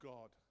God